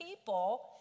people